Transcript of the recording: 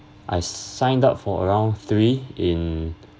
I signed up for around three in